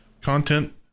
content